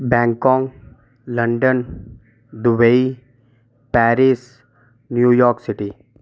Bangkok London Dubai Paris New York city